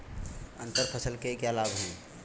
अंतर फसल के क्या लाभ हैं?